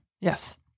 Yes